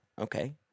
okay